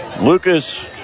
Lucas